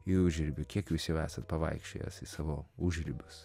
į užribį kiek jūs jau esat pavaikščiojęs į savo užribius